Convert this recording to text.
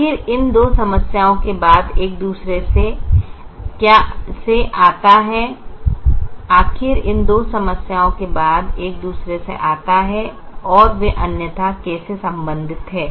आखिर इन दो समस्याओं के बाद एक दूसरे से आता है और वे अन्यथा कैसे संबंधित हैं